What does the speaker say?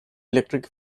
electric